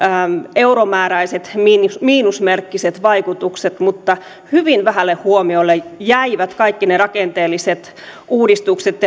euromääräiset miinusmerkkiset vaikutukset mutta hyvin vähälle huomiolle jäivät kaikki ne rakenteelliset uudistukset